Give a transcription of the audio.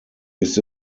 ist